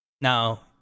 Now